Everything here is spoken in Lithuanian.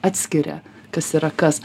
atskiria kas yra kas